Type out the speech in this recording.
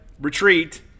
retreat